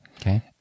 Okay